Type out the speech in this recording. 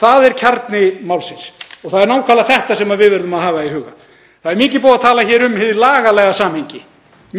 Það er kjarni málsins. Það er nákvæmlega þetta sem við verðum að hafa í huga. Það er mikið búið að tala um hið lagalega samhengi,